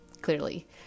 clearly